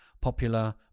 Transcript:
popular